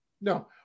No